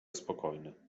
spokojny